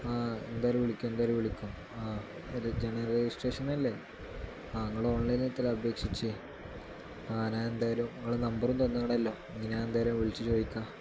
ആ എന്തായാലും വിളിക്കും എന്തായാലും വിളിക്കും ആ ഇത് ജനറൽ രജിസ്ട്രേഷനല്ലേ ആ നിങ്ങൾ ഓൺലൈനി എത്തി അപേക്ഷിച്ച് ആ ഞാൻ എന്തായാലും നിങ്ങളുടെ നമ്പറും തന്നാണല്ലോ ഇന്ന് എന്തായാലും വിളിച്ച് ചോദിക്കാം